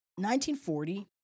1940